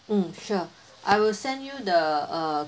mm sure I will send you the uh